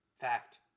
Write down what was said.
Fact